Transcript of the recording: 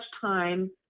time